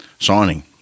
Signing